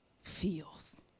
feels